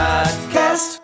Podcast